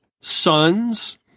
sons